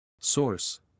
source